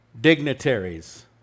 dignitaries